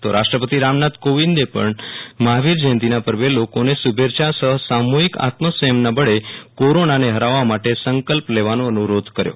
તો રાષ્ટ્રપતિ રામનાથ કોવિંદે પણ મહાવીર જયંતીના પર્વે લોકોને શુભેચ્છા સહ સામુહિક આત્મ સંયમના બળે કોરોનાને હરાવવા માટે સંકલ્પ લેવાનો અનુરોધ કર્યો